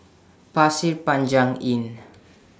Pasir Panjang Inn